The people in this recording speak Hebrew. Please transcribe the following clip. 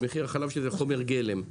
את מחיר החלב שזה חומר גלם.